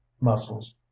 muscles